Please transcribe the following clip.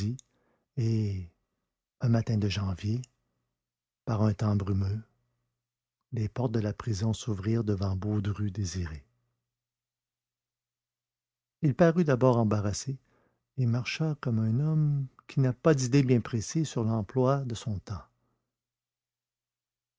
un matin de janvier par un temps brumeux les portes de la prison s'ouvrirent devant baudru désiré il parut d'abord assez embarrassé et marcha comme un homme qui n'a pas d'idées bien précises sur l'emploi de son temps